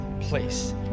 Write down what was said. place